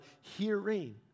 hearing